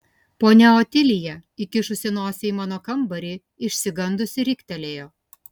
ponia otilija įkišusi nosį į mano kambarį išsigandusi riktelėjo